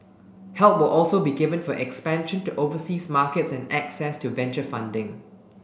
help will also be given for expansion to overseas markets and access to venture funding